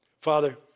Father